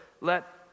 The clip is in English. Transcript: let